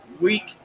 week